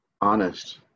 honest